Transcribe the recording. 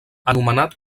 anomenat